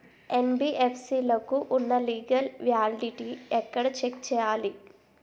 NBFC లకు ఉన్నా legal validity ఎక్కడ చెక్ చేయాలి?